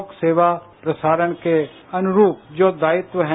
लोक सेवा प्रसारण के अनुरूप जो दायित्व हैं